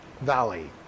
valley